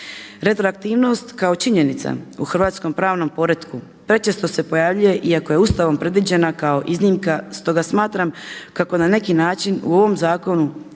Retroaktivnost kao činjenica u hrvatskom pravnom poretku prečesto se pojavljuje iako je Ustavom predviđena kao iznimka, stoga smatram kako na neki način u ovom zakonu